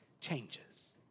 changes